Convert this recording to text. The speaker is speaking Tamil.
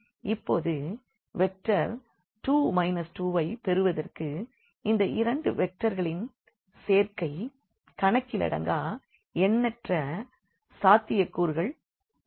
இப்போது வெக்டர் 2 2 ஐப் பெறுவதற்கு இந்த இரண்டு வெக்டர்களின் சேர்க்கை கணக்கிலடங்கா எண்ணற்ற சாத்தியக் கூறுகள் உள்ளன